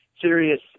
serious